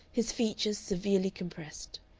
his features severely compressed.